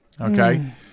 Okay